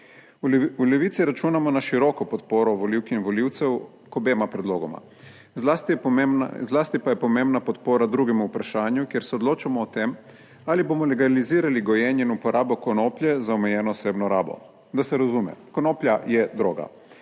v Levici računamo na široko podporo volivk in volivcev k obema predlogoma. Zlasti pa je pomembna podpora drugemu vprašanju, kjer se odločamo o tem, ali bomo legalizirali gojenje in uporabo konoplje za omejeno osebno rabo, da se razume, konoplja je droga,